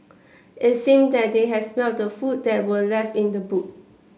it seemed that they had smelt the food that were left in the boot